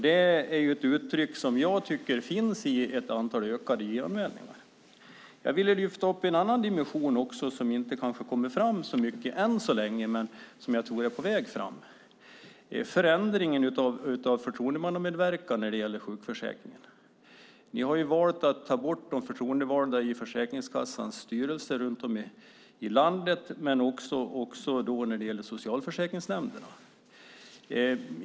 Det är ett uttryck som jag tycker visar sig i det ökade antalet JO-anmälningar. Jag vill också lyfta upp en annan dimension, som kanske inte kommer fram så mycket än så länge men som jag tror är på väg fram. Det gäller förändringen av förtroendemannamedverkan när det gäller sjukförsäkringen. Ni har ju valt att ta bort de förtroendevalda i Försäkringskassans styrelser runt om i landet men också i Socialförsäkringsnämnderna.